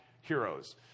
heroes